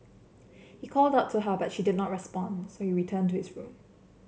he called out to her but she did not responds so he returned to his room